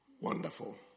Wonderful